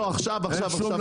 עכשיו עכשיו הם רוצים.